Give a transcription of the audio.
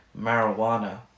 marijuana